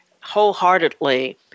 wholeheartedly